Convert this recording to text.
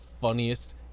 funniest